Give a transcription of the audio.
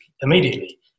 immediately